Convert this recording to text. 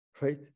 right